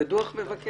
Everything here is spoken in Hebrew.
זה דוח מבקר.